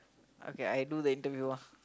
okay I do the interview ah